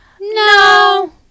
No